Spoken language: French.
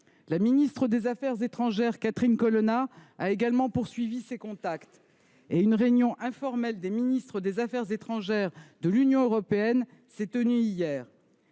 La ministre des affaires étrangères, Catherine Colonna, a également poursuivi ces contacts et une réunion informelle des ministres des affaires étrangères de l’Union européenne s’est tenue hier.